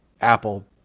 Apple